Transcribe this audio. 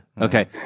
Okay